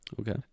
Okay